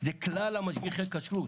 זה כלל משגיחי הכשרות,